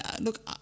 look